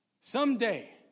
Someday